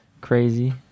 crazy